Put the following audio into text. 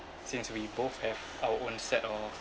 since we both have our own set of